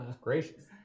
Gracious